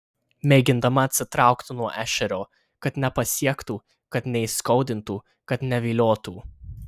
mėgindama atsitraukti nuo ešerio kad nepasiektų kad neįskaudintų kad neviliotų